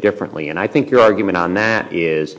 differently and i think your argument on that is